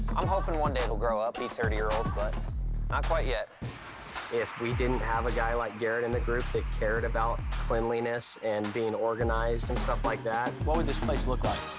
i'm hoping one day they'll grow up, be thirty year olds, but not quite yet. tyler if we didn't have a guy like garrett in the group that cared about cleanliness and being organized and stuff like that, what would this place look like?